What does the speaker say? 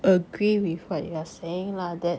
agree with what you are saying lah that